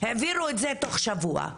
העבירו את זה תוך שבוע.